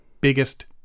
biggest